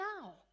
now